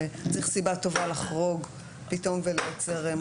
וצריך סיבה טובה לחרוג פתאום ולייצר מודל אחר.